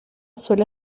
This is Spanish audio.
suelo